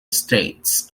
states